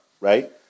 right